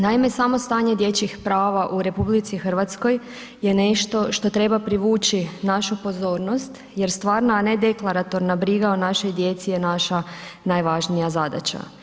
Naime, samo stanje dječjih prava u RH, je nešto što treba privući našu pozornost, jer stvarna, a ne deklaratorna briga o našoj djeci je naša najvažnija zadaća.